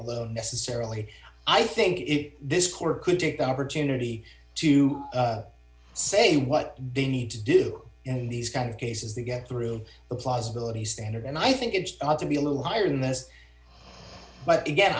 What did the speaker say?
although necessarily i think it this court could take the opportunity to say what they need to do in these kind of cases they get through the plausibility standard and i think it ought to be a little higher than this but again